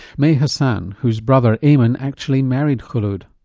may hassan whose brother ayman actually married khulod.